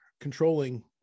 controlling